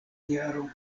jaro